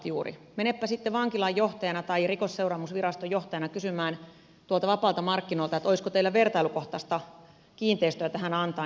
menepä sitten vankilanjohtajana tai rikosseuraamusviraston johtajana kysymään tuolta vapailta markkinoilta että olisiko teillä vertailukohtaista kiinteistöä tähän antaa